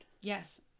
Yes